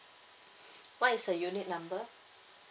what is your unit number